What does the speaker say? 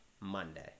Monday